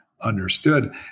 understood